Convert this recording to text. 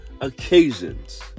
occasions